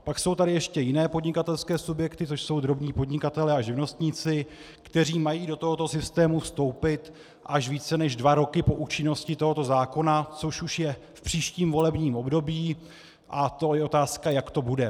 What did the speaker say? Pak jsou tady ještě jiné podnikatelské subjekty, což jsou drobní podnikatelé a živnostníci, kteří mají do tohoto systému vstoupit až více než dva roky po účinnosti tohoto zákona, což už je v příštím volebním období, a to je otázka, jak to bude.